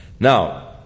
Now